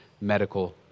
medical